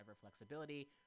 flexibility